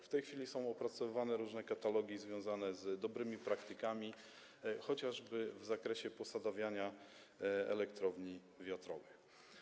W tej chwili są opracowywane różne katalogi związane z dobrymi praktykami, chociażby w zakresie posadawiania elektrowni wiatrowych.